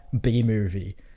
B-movie